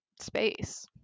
space